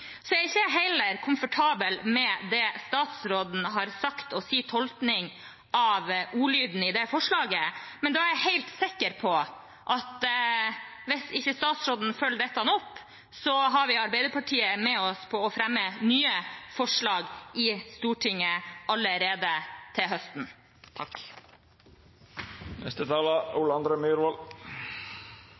Jeg er heller ikke komfortabel med det statsråden har sagt og hans tolkning av ordlyden i det forslaget, men jeg er helt sikker på at hvis ikke statsråden følger dette opp, så har vi Arbeiderpartiet med oss på å fremme nye forslag i Stortinget allerede til høsten.